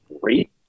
great